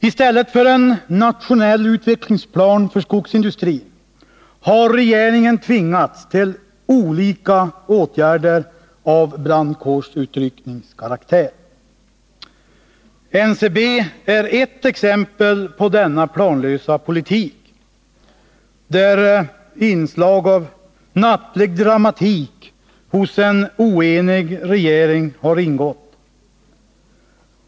I stället för att göra upp en nationell utvecklingsplan för skogsindustrin har regeringen tvingats till olika åtgärder av brandkårsutryckningskaraktär. NCB är ett exempel på denna planlösa politik, där inslag av nattlig dramatik hos en oenig regering har ingått.